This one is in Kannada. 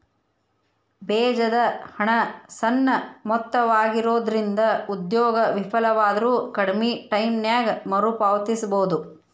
ಬೇಜದ ಹಣ ಸಣ್ಣ ಮೊತ್ತವಾಗಿರೊಂದ್ರಿಂದ ಉದ್ಯೋಗ ವಿಫಲವಾದ್ರು ಕಡ್ಮಿ ಟೈಮಿನ್ಯಾಗ ಮರುಪಾವತಿಸಬೋದು